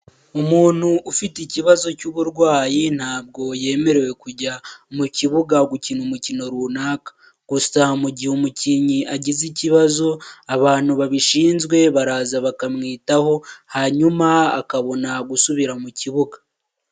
Umuntu ufite ikibazo cy'uburwayi ntabwo yemerewe kujya mu kibuga gukina umukino runaka, gusa mu gihe umukinnyi agize ikibazo abantu babishinzwe baraza bakamwitaho, hanyuma akabona gusubira mu kibuga.